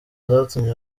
zatumye